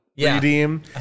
redeem